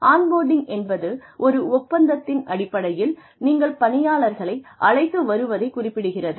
on boarding என்பது ஒரு ஒப்பந்தத்தின் அடிப்படையில் நீங்கள் பணியாளர்களை அழைத்து வருவதை குறிப்பிடுகிறது